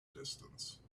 distance